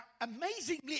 amazingly